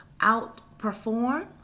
outperform